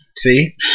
See